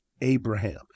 Abraham